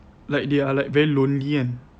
like they are like very lonely kan